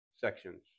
sections